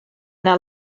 yno